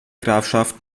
grafschaft